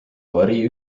avarii